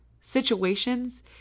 situations